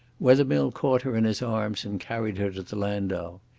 wethermill caught her in his arms and carried her to the landau.